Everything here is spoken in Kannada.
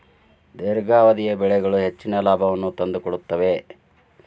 ದೇರ್ಘಾವಧಿಯ ಬೆಳೆಗಳು ಹೆಚ್ಚಿನ ಲಾಭವನ್ನು ತಂದುಕೊಡುತ್ತವೆ